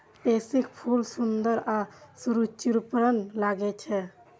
पैंसीक फूल सुंदर आ सुरुचिपूर्ण लागै छै